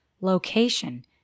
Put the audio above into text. location